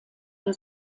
der